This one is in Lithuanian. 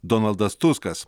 donaldas tuskas